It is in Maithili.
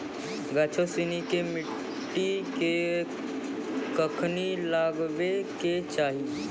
गाछो सिनी के मट्टी मे कखनी लगाबै के चाहि?